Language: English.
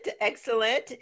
excellent